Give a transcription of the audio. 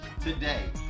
today